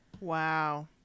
Wow